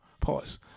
Pause